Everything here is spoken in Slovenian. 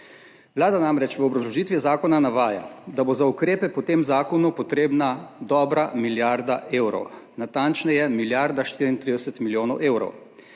Vlada namreč v obrazložitvi zakona navaja, da bo za ukrepe po tem zakonu potrebna dobra milijarda evrov, natančneje milijarda 34 milijonov evrov.